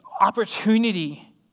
opportunity